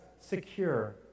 secure